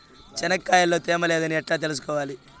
చెనక్కాయ లో తేమ లేదని ఎట్లా తెలుసుకోవాలి?